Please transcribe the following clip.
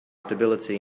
stability